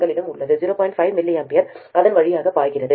5 mA அதன் வழியாக பாய்கிறது